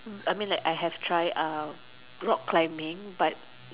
I mean I have try uh rock climbing but